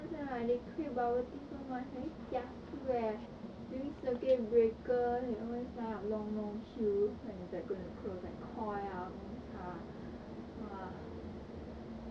ah but then singaporeans they create bubble tea so much very kiasu leh during circuit breaker they always line up long long queue like it's like gonna close like Koi ah Gongcha ah